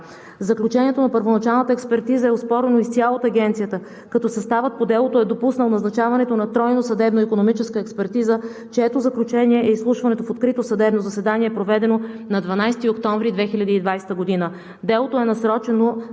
Заключението на първоначалната експертиза е оспорено изцяло от Агенцията, като съставът по делото е допуснал назначаването на тройна съдебно-икономическа експертиза, чието заключение е изслушването в открито съдебно заседание, проведено на 12 октомври 2020 г. Делото е насрочено